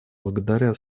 благодаря